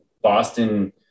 Boston